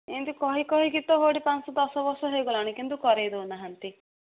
ଏମିତି କହି କହିକି ତ ହେଇଟି ପାଞ୍ଚ ଦଶ ବର୍ଷ ହେଇଗଲାଣି କିନ୍ତୁ କରେଇ ଦଉନାହାଁନ୍ତି